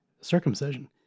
circumcision